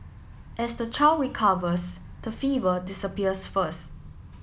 as the child recovers the fever disappears first